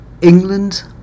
England